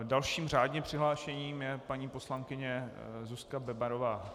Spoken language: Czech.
Dalším řádně přihlášeným je paní poslankyně Zuzka Bebarová.